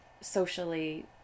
socially